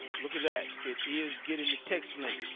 look at that. it is getting the text length.